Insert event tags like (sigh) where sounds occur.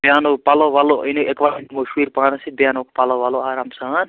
بیٚیہِ اَنو پَلو وَلو (unintelligible) یکوَٹ نِمہوکھ شُرۍ پانَس سۭتۍ بیٚیہِ اَنہوکھ پَلو وَلو آرام سان